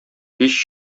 һич